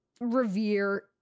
revere